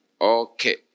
Okay